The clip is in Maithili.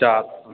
चारि